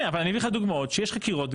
אני מביא לך דוגמאות שיש חקירות.